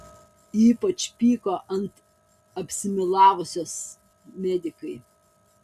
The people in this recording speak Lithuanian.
ypač pyko ant apsimelavusiosios medikai